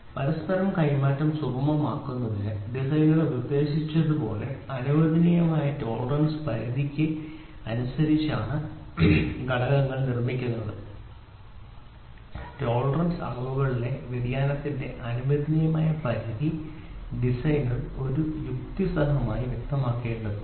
പരസ്പര കൈമാറ്റം സുഗമമാക്കുന്നതിന് ഡിസൈനർ നിർദ്ദേശിച്ചതുപോലെ അനുവദനീയമായ ടോളറൻസ് പരിധിക്ക് അനുസരിച്ചാണ് ഘടകങ്ങൾ നിർമ്മിക്കുന്നത് ടോളറൻസ് അളവുകളിലെ വ്യതിയാനത്തിന്റെ അനുവദനീയമായ പരിധി ഡിസൈനർ ഒരു യുക്തിസഹമായി വ്യക്തമാക്കേണ്ടതുണ്ട്